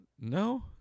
No